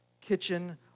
kitchen